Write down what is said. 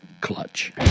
clutch